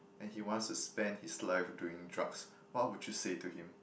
and he wants to spend his life doing drugs what would you say to him